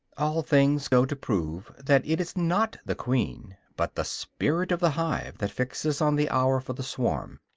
all things go to prove that it is not the queen, but the spirit of the hive, that fixes on the hour for the swarm.